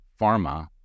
pharma